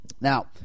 now